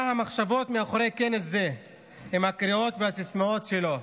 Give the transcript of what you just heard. מהן המחשבות מאחורי כנס זה עם הקריאות והסיסמאות שלו?